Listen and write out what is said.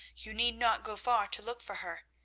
you need not go far to look for her.